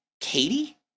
katie